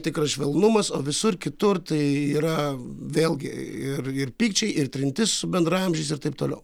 tikras švelnumas o visur kitur tai yra vėlgi ir ir pykčiai ir trintis su bendraamžiais ir taip toliau